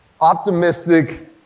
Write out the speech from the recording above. Optimistic